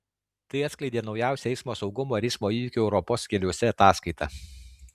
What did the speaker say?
tai atskleidė naujausia eismo saugumo ir eismo įvykių europos keliuose ataskaita